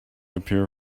appear